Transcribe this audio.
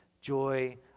Joy